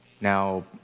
Now